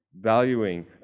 Valuing